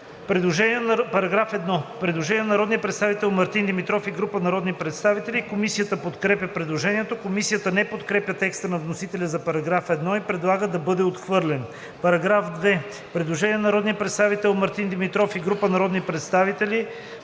По § 1 има предложение на народния представител Мартин Димитров и група народни представители. Комисията подкрепя предложението. Комисията не подкрепя текста на вносителя за § 1 и предлага да бъде отхвърлен. По § 2 има предложение на народния представител Мартин Димитров и група народни представители.